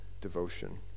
devotion